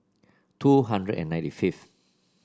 two hundred and ninety fifth